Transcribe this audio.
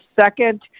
second